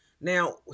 now